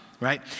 right